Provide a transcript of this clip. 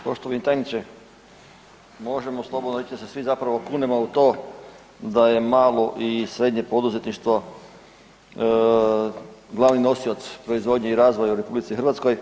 Poštovani tajniče, možemo slobodno reći da se zapravo svi kunemo u to da je malo i srednje poduzetništvo glavni nosioc proizvodnje i razvoja u RH.